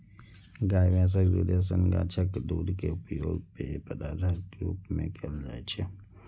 गाय, भैंसक दूधे सन गाछक दूध के उपयोग पेय पदार्थक रूप मे कैल जाइ छै